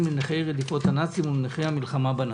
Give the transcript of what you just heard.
לנכי רדיפות הנאצים ולנכי המלחמה בנאצים.